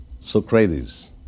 Socrates